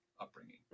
upbringing